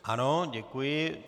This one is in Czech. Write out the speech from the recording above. Ano, děkuji.